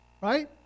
right